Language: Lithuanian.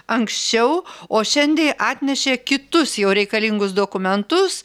anksčiau o šiandie atnešė kitus jo reikalingus dokumentus